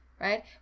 right